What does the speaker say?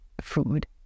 food